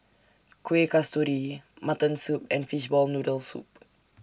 Kuih Kasturi Mutton Soup and Fishball Noodle Soup